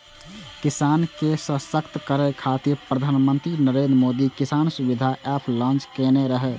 किसान के सशक्त करै खातिर प्रधानमंत्री नरेंद्र मोदी किसान सुविधा एप लॉन्च केने रहै